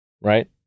Right